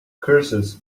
curses